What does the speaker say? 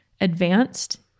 advanced